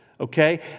okay